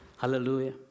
Hallelujah